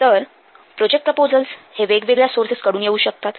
तर project proposals हे वेगवेगळ्या सोर्सेस कडून येऊ शकतात